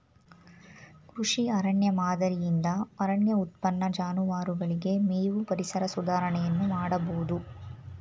ಕೃಷಿ ಅರಣ್ಯ ಮಾದರಿಯಿಂದ ಅರಣ್ಯ ಉತ್ಪನ್ನ, ಜಾನುವಾರುಗಳಿಗೆ ಮೇವು, ಪರಿಸರ ಸುಧಾರಣೆಯನ್ನು ಮಾಡಬೋದು